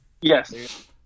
Yes